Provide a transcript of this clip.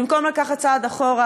במקום לקחת צעד אחורה,